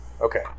Okay